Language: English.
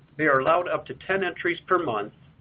they're allowed up to ten entries per month,